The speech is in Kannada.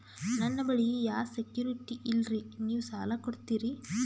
ನನ್ನ ಬಳಿ ಯಾ ಸೆಕ್ಯುರಿಟಿ ಇಲ್ರಿ ನೀವು ಸಾಲ ಕೊಡ್ತೀರಿ?